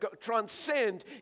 transcend